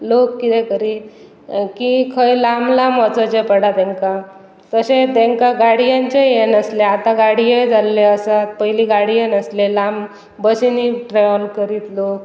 लोक किदें करी की खंय लाब लांब वचचें पडा तांकां तशें तांकां गाडयांचेंय हें नासलें आतां गाडयेय जाल्ले आसात पयलीं गाडये नासले लांब बसीनी ट्रॅवल करीत लोक